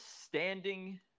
standing